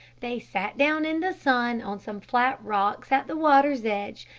they sat down in the sun on some flat rocks at the water's edge,